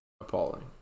Appalling